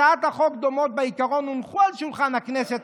הצעות חוק דומות בעיקרן הונחו על שולחן הכנסת